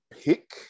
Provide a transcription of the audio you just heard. pick